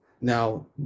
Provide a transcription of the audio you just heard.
Now